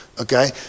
okay